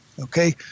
Okay